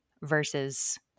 versus